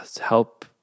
help